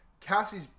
cassie's